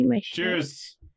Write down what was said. cheers